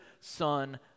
son